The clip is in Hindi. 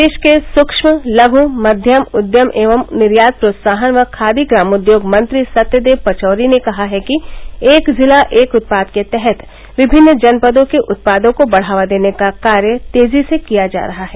प्रदेश के सूक्ष्म लघु मध्यम उद्यम एवं निर्यात प्रोत्साहन व खादी ग्रामोद्योग मंत्री सत्यदेव पचौरी ने कहा है कि एक जिला एक उत्पाद के तहत विभिन्न जनपदों के उत्पादों को बढ़ावा देने का कार्य तेजी से किया जा रहा है